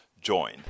join